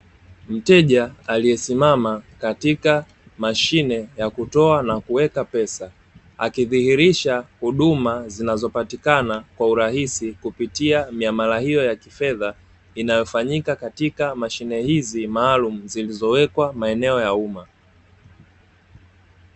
Mteja aliyesimama katika mashine ya kutoa na kuweka pesa, akidhihirisha huduma zinazopatikana kwa urahisi kupitia miamala hiyo ya kifedha, inayofanyika katika mashine hizi maalumu zilizowekwa maeneo ya uma.